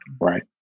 Right